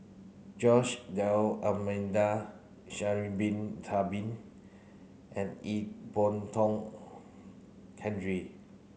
Jose D'almeida Sha'ari bin Tadin and Ee Boon Kong Henry